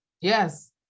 yes